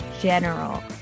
general